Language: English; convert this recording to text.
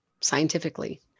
scientifically